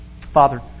Father